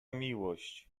miłość